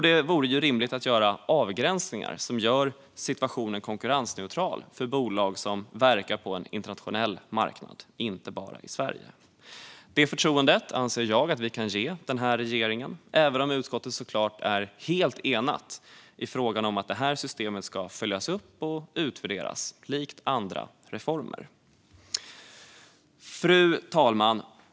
Det vore också rimligt att göra avgränsningar som gör situationen konkurrensneutral för bolag som verkar på en internationell marknad och inte bara i Sverige. Det förtroendet anser jag att vi kan ge regeringen, även om utskottet såklart är helt enat i frågan om att det här systemet ska följas upp och utvärderas likt andra reformer. Fru talman!